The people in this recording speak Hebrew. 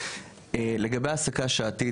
לגבי העסקה שעתית,